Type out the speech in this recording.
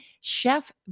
Chef